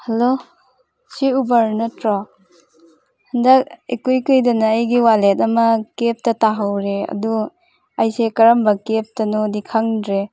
hello ꯁꯤ Uber ꯅꯠꯇ꯭ꯔꯣ ꯍꯟꯗꯛ ꯏꯀꯨꯏ ꯀꯨꯏꯗꯅ ꯑꯩꯒꯤ ꯋꯥꯂꯦꯠ ꯑꯃ ꯀꯦꯞꯇ ꯇꯥꯍꯧꯔꯦ ꯑꯗꯨ ꯑꯩꯁꯦ ꯀꯔꯝꯕ ꯀꯦꯞꯇꯅꯣꯗꯤ ꯈꯪꯗ꯭ꯔꯦ